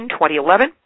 2011